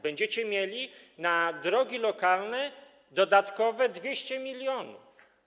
Będziecie mieli na drogi lokalne dodatkowe 200 mln.